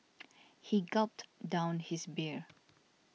he gulped down his beer